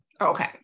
Okay